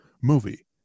movie